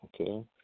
okay